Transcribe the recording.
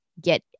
get